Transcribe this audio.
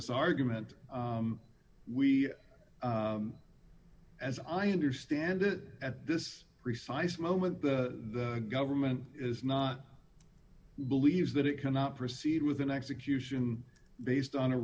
this argument we as i understand it at this precise moment the government is not believes that it cannot proceed with an execution based on a